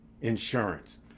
insurance